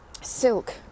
silk